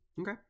Okay